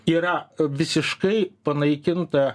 yra visiškai panaikinta